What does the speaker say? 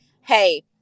hey